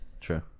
True